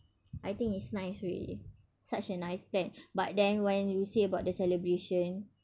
I think it's nice already such a nice plan but then when you say about the celebration